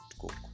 coke